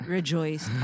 Rejoice